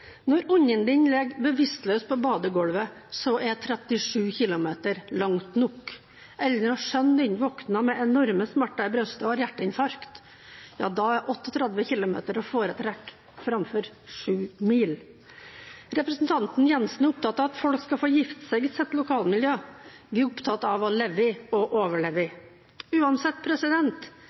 Når ungen din ligger bevisstløs på badegulvet, er 37 km langt nok. Eller når sønnen din våkner med enorme smerter i brystet og har hjerteinfarkt – da er 38 km å foretrekke framfor 7 mil. Representanten Jenssen er opptatt av at folk skal få gifte seg i sitt lokalmiljø. Vi er opptatt av å leve og overleve. Uansett